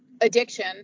addiction